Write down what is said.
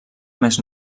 més